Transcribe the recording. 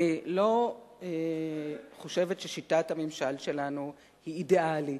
אני לא חושבת ששיטת הממשל שלנו היא אידיאלית.